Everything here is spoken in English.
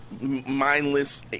mindless